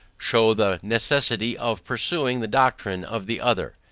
shew the necessity of pursuing the doctrine of the other.